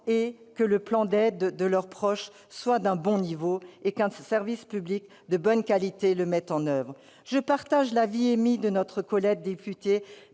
est que le plan d'aide de leur proche soit d'un bon niveau et qu'un service public de bonne qualité le mette en oeuvre ». Je partage l'avis émis par notre collègue député